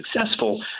successful